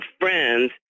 friends